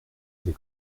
des